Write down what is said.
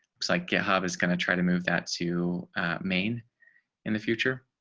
it's like github is going to try to move that to maine in the future,